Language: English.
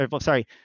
Sorry